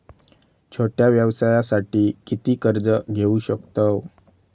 छोट्या व्यवसायासाठी किती कर्ज घेऊ शकतव?